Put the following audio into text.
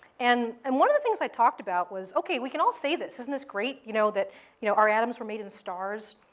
and um one of the things i talked about was, okay, we can all say this. isn't this great you know that you know our atoms were made in the stars?